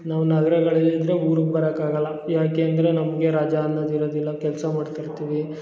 ನಾವು ನಗರಗಳಲ್ಲಿದ್ದರೆ ಊರಿಗೆ ಬರಕ್ಕಾಗಲ್ಲ ಯಾಕೆ ಅಂದರೆ ನಮಗೆ ರಜ ಅನ್ನೋದು ಇರದಿಲ್ಲ ಕೆಲಸ ಮಾಡ್ತಾಯಿರ್ತೀವಿ